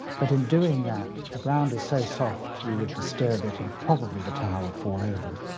but in doing that the ground is so soft you would disturb it and probably the tower would fall over.